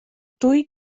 dwy